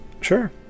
Sure